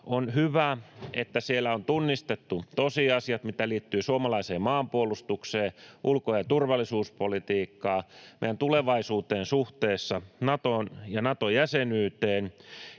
on hyvä, että siellä on tunnistettu tosiasiat, mitkä liittyvät suomalaiseen maanpuolustukseen, ulko- ja turvallisuuspolitiikkaan sekä meidän tulevaisuuteen suhteessa Natoon ja Nato-jäsenyyteen.